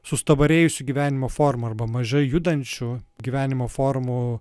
sustabarėjusių gyvenimo formų arba mažai judančių gyvenimo formų